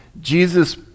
Jesus